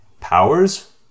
Powers